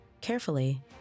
Carefully